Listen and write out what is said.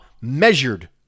measured